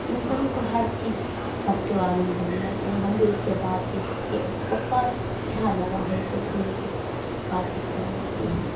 انسان کو ہر چیز سب کے بارے میں جاننا چاہیے ہم بھی اس سے بات چیت کیے بہت اچھا لگا ہم کو سن کے بات چیت کرنے میں